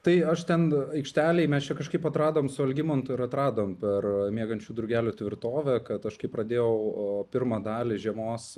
tai aš ten aikštelėj mes čia kažkaip atradom su algimantu ir atradom per miegančių drugelių tvirtovę kad aš kai pradėjau pirmą dalį žiemos